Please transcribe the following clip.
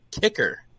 Kicker